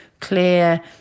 clear